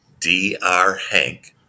drhank